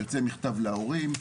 יוצא מכתב להורים,